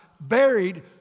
buried